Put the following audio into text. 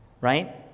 right